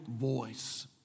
voice